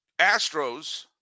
Astros